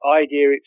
idea